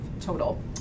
total